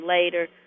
later